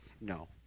No